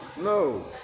no